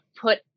put